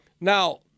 Now